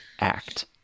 act